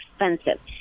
expensive